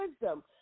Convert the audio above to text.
wisdom